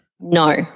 No